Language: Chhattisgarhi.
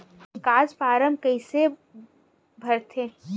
निकास फारम कइसे भरथे?